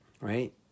Right